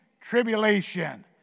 Tribulation